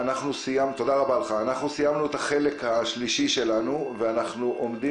סיימנו את החלק השלישי שלנו ואנחנו עומדים